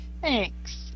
Thanks